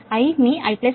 కాబట్టి IC IR - I